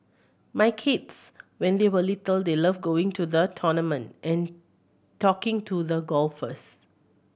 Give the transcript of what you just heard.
my kids when they were little they loved going to the tournament and talking to the golfers